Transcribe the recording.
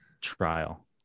trial